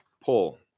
pull